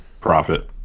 profit